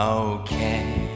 okay